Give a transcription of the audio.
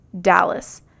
Dallas